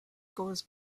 goes